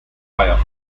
nach